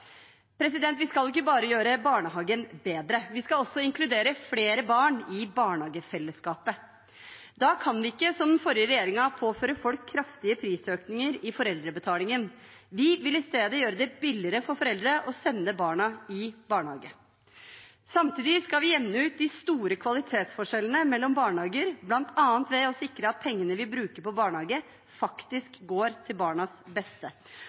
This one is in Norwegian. Vi skal ikke bare gjøre barnehagen bedre, vi skal også inkludere flere barn i barnehagefellesskapet. Da kan vi ikke, som den forrige regjeringen, påføre folk kraftige prisøkninger i foreldrebetalingen. Vi vil i stedet gjøre det billigere for foreldre å sende barna i barnehage. Samtidig skal vi jevne ut de store kvalitetsforskjellene mellom barnehager, bl.a. ved å sikre at pengene vi bruker på barnehage, faktisk går til barnas beste,